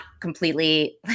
completely